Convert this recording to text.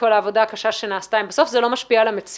כל העבודה הקשה שנעשתה ואם בסוף זה לא משפיע על המציאות